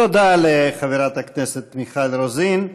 תודה לחברת הכנסת מיכל רוזין.